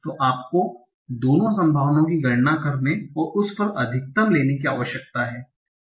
तो आपको दोनों संभावनाओं की गणना करने और उस पर अधिकतम लेने की आवश्यकता है